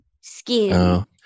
skin